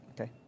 okay